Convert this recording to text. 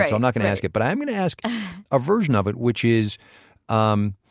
i'm not going to ask it, but i'm going to ask a version of it, which is um